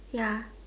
ya